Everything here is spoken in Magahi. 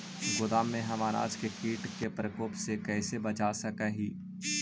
गोदाम में हम अनाज के किट के प्रकोप से कैसे बचा सक हिय?